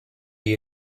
you